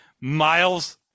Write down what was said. Miles